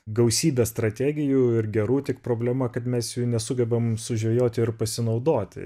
gausybė strategijų ir gerų tik problema kad mes jų nesugebam sužvejoti ir pasinaudoti